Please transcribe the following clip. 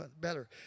better